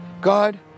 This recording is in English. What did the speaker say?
God